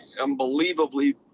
unbelievably